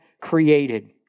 created